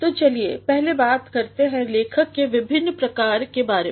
तो चलिए पहले बात करते हैं लेखन के विभिन्न प्रकार के बारे में